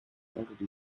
already